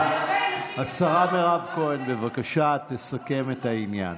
השרה מירב כהן, בבקשה, תסכם את העניין.